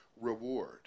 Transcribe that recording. reward